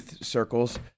circles